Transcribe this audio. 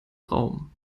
raum